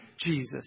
Jesus